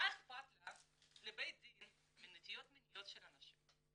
מה אכפת לבית הדין מנטיות מיניות של אנשים?